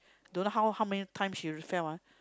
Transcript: don't know how how many times she fell ah